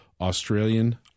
Australian